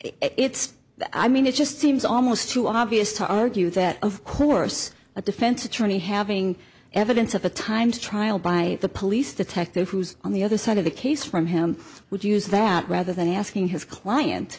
it's i mean it just seems almost too obvious to argue that of course a defense attorney having evidence of a time trial by the police detective who's on the other side of the case from him would use that rather than asking his client